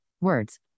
words